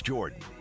Jordan